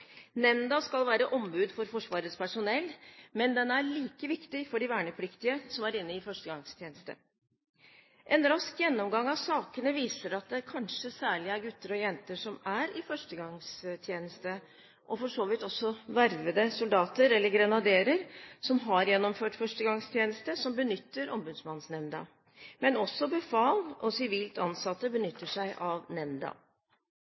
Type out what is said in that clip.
Nemnda skal være ombud for Forsvarets personell, men den er like viktig for de vernepliktige som er inne til førstegangstjeneste. En rask gjennomgang av sakene viser at det kanskje særlig er gutter og jenter som er i førstegangstjeneste, og for så vidt også vervede soldater eller grenaderer, som har gjennomført førstegangstjeneste, som benytter Ombudsmannsnemnda, men også befal og sivilt ansatte benytter seg av nemnda.